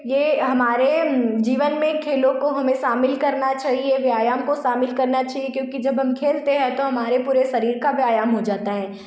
यह हमारे जीवन में खेलों को हमें शामिल करना चाहिए व्यायाम को शामिल करना चाहिए क्योंकि जब हम खेलते हैं तो हमारे पूरे शरीर का व्यायाम हो जाता है